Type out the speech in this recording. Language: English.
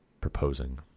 proposing